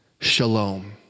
Shalom